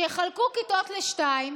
שיחלקו כיתות לשתיים: